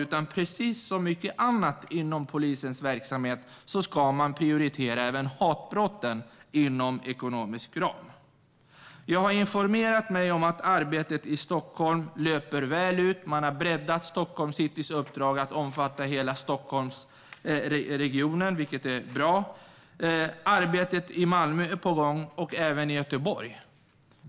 Precis som när det gäller mycket annat inom polisens verksamhet ska man prioritera även hatbrotten inom ekonomisk ram. Jag har informerat mig om att arbetet i Stockholm löper väl. Man har breddat Stockholms Citys uppdrag till att omfatta hela Stockholmsregionen, vilket är bra. Arbetet i Malmö är på gång, så även i Göteborg.